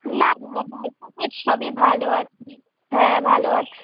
না না রাস্তাঘাট সবই ভালো আছে হ্যাঁ ভালো আছে